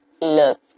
look